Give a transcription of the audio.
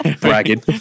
Bragging